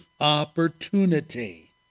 opportunity